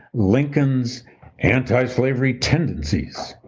lincoln's antislavery tendencies.